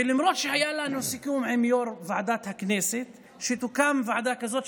למרות שהיה לנו סיכום עם יו"ר ועדת הכנסת שתוקם ועדה כזאת,